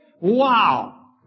wow